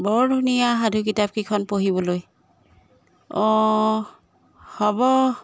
বৰ ধুনীয়া সাধু কিতাপকিখন পঢ়িবলৈ অঁ হ'ব